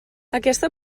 aquesta